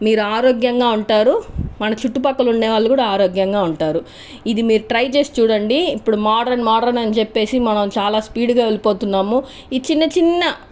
మీరు ఆరోగ్యంగా ఉంటారు మన చుట్టూపక్కల ఉండే వాళ్ళు ఆరోగ్యంగా ఉంటారు ఇది మీరు ట్రై చేసి చూడండి ఎప్పుడు మనం మోడ్రన్ మోడ్రన్ అని చెప్పేసి మనం చాల స్పీడ్గా వెళ్ళిపోతున్నాము ఈ చిన్న చిన్న